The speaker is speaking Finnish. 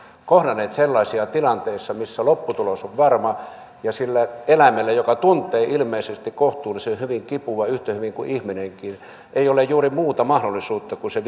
kohdanneet sellaisia tilanteita missä lopputulos on varma sillä eläimellä joka tuntee ilmeisesti kohtuullisen hyvin kipua yhtä hyvin kuin ihminenkin ei ole juuri muuta mahdollisuutta kuin se